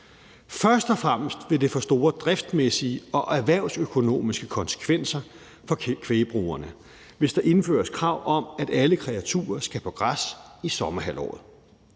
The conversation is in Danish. Først og fremmest vil det få store driftsmæssige og erhvervsøkonomiske konsekvenser for kvægbrugerne, hvis der indføres krav om, at alle kreaturer skal på græs i sommerhalvåret.